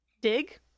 Dig